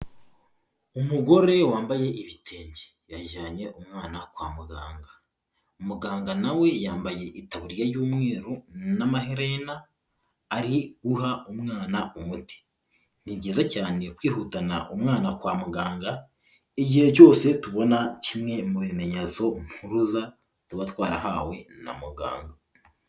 Umugore wambaye ibitenge yajyanye umwana kwa muganga, umuganga nawe we yambaye itaburiya y'umweru n'amaherena ari guha umwana umuti, ni byiza cyane kwihutana umwana kwa muganga igihe cyose tubona kimwe mu bimenyetso mpuruza tuba twarahawe na muganga.